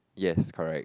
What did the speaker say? yes correct